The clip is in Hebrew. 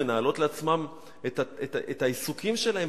מנהלות לעצמן את העיסוקים שלהן,